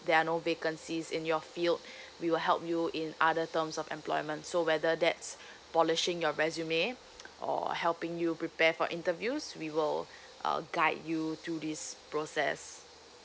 there are no vacancies in your field we will help you in other terms of employment so whether that's polishing your resume or helping you prepare for interviews we will uh guide you through this process